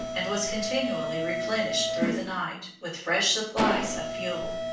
and was continually replenished through the night with fresh supplies of fuel.